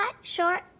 short